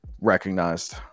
recognized